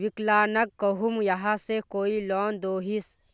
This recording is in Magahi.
विकलांग कहुम यहाँ से कोई लोन दोहिस?